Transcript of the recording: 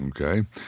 Okay